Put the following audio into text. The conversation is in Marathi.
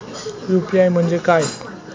यु.पी.आय म्हणजे काय?